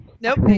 nope